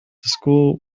school